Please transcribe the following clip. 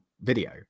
video